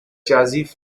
chassis